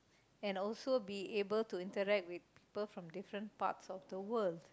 and also be able to interact with people with different parts of the world